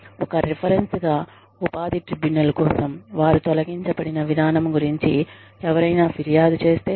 ఒక రిఫరెన్స్ గా ఉపాధి ట్రిబ్యునల్ కోసం వారు తొలగించబడిన విధానం గురించి ఎవరైనా ఫిర్యాదు చేస్తే